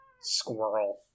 squirrel